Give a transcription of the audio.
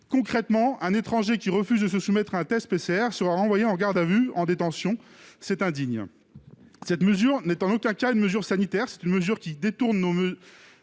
Concrètement, un étranger qui refuse de se soumettre à un test PCR sera renvoyé en garde à vue et en détention. C'est indigne ! Cette mesure n'est en aucun cas une mesure sanitaire. Elle détourne les